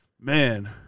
man